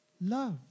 love